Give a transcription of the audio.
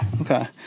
Okay